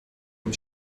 dem